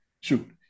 Shoot